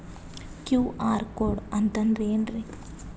QR code ಅಂತಂದ್ರ ಏನ್ರೀ?